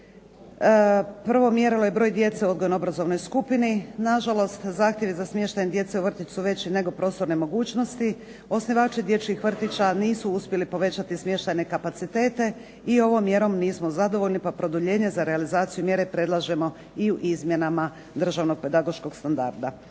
prvo mjerilo je broj djece u odgojno-obrazovnoj skupini. Nažalost, zahtjevi za smještajem djece u vrtić su veći nego prostorne mogućnosti. Osnivači dječjih vrtića nisu uspjeli povećati smještajne kapacitete i ovom mjerom nismo zadovoljni pa produljenje za realizaciju mjere predlažemo i u izmjenama državnog pedagoškog standarda.